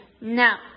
Now